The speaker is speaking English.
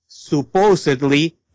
supposedly